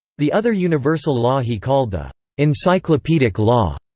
the other universal law he called the encyclopedic law.